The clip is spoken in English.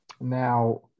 Now